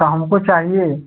तो हमको चाहिए